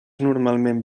normalment